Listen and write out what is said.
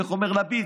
איך אומר לפיד?